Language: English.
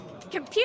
Computer